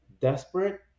desperate